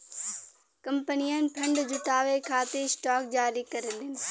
कंपनियन फंड जुटावे खातिर स्टॉक जारी करलीन